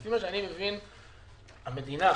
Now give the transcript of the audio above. לפי מה שאני מבין, המדינה